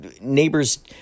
neighbors